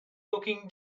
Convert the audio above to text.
looking